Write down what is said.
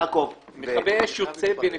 עבד אל חכים חאג' יחיא (הרשימה המשותפת): מכבי אש יוצא בנפרד.